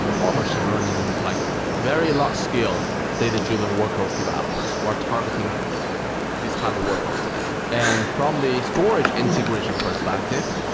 or um machine so learning, like very large scale data-driven workloads developers. we're targeting these type of workloads today. and from the storage integration perspective,